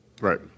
right